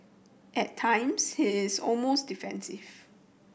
at times he is almost defensive